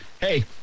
hey